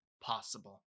possible